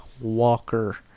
Walker